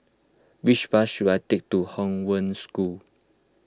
which bus should I take to Hong Wen School